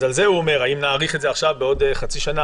אז על זה הוא אומר: האם נאריך את זה עכשיו בעוד חצי שנה?